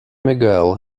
miguel